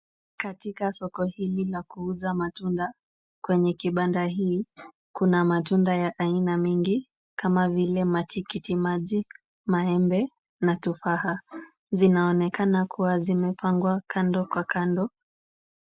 Katika soko hili la kuuza matunda, kwenye kibanda hii kuna matunda ya aina mingi kama vile matikitimaji, maembe na tufaha. Zinaonekana kuwa zimepangwa kando kwa kando.